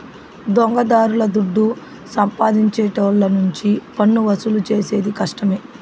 దొంగదారుల దుడ్డు సంపాదించేటోళ్ళ నుంచి పన్నువసూలు చేసేది కష్టమే